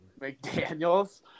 McDaniels